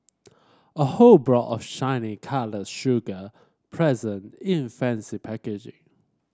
a whole block of shiny coloured sugar present in fancy packaging